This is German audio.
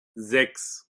sechs